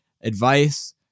advice